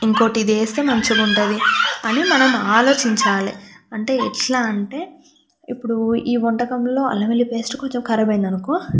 ఇంకోటి ఇది వేస్తే మంచిగా ఉంటుంది అని మనము ఆలోచించాలి అంటే ఎట్లా అంటే ఇప్పుడు ఈ వంటకంలో అల్లం వెల్లుల్లి పేస్ట్ కొంచెం ఖరాబ్ అయింది అనుకో